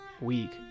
week